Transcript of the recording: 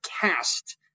cast